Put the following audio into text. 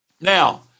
Now